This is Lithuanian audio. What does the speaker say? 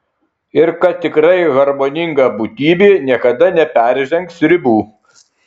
ir kad tikrai harmoninga būtybė niekada neperžengs ribų